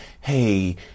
hey